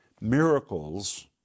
Miracles